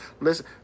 Listen